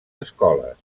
escoles